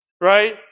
right